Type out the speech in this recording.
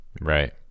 right